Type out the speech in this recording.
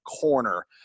corner